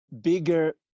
bigger